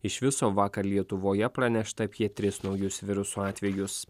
iš viso vakar lietuvoje pranešta apie tris naujus viruso atvejus